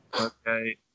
Okay